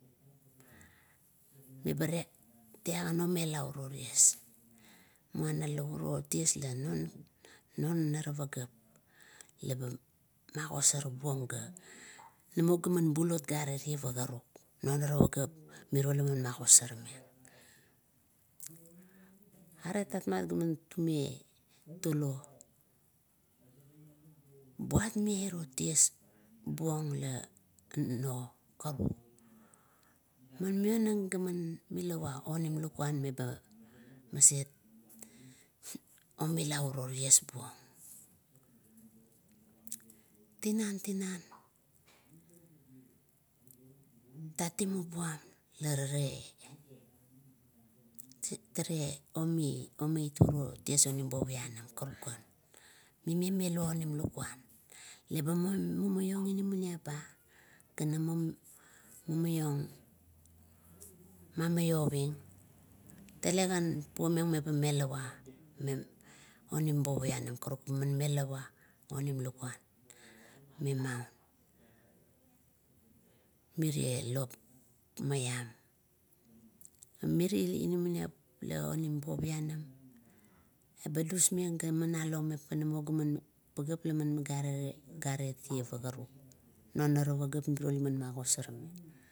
Eba ra teara ma me laurup uro ties, muana la uro ties non are pageap, laba magosarbuong ga namo gaman bulo gare ma pa karuk non are pageap miro laman ma gosor buong. Aret tapmat ga tume tulo, but vevaro tiew buong lanao man mionang gaman milaa aga onim lakuan laba maset, omila uro ties buong. Tinan, tinan tatimup buam larare, rare omeit urio ties onim bovianam karukan, mime melo onim lakuan eba manmamiong inamaiap ba, mumaiong mamaioving tel gan puomeng meba melawa onim bovianam karuk, baan melawa onim lakuan, me. Maun, mire lop maiam, pamiri inamaniap onim bovianam, ba dusmeng gaman along meng namo pageap garamo garet tie, pa karuk. Non ara pageap mirio laman magasor ming.